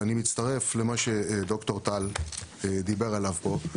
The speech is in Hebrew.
ואני מצטרף למה שד"ר טל דיבר עליו פה.